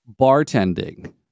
bartending